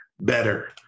better